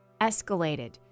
escalated